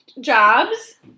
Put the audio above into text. jobs